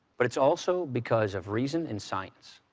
but it's also because of reason and science.